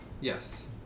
Yes